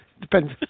Depends